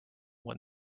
when